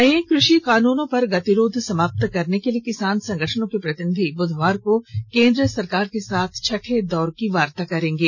नये कृषि कानूनों पर गतिरोध समाप्त करने के लिए किसान संगठनों के प्रतिनिधि बुधवार को केन्द्र सरकार के साथ छठे दौर की वार्ता करेंगे